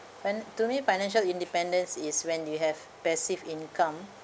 finan~ to me financial independence is when you have passive income